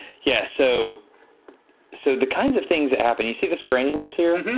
yeah, so so the kinds of things that happen, you see this graininess here?